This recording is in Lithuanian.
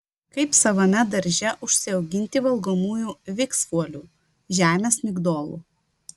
kaip savame darže užsiauginti valgomųjų viksvuolių žemės migdolų